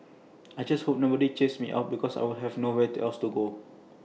I just hope nobody chases me out because I will have nowhere else to go